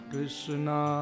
Krishna